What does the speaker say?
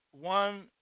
One